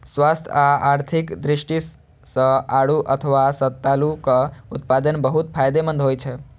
स्वास्थ्य आ आर्थिक दृष्टि सं आड़ू अथवा सतालूक उत्पादन बहुत फायदेमंद होइ छै